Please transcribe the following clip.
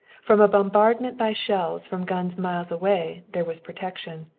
from a bombardment by shells from guns miles away there was protection.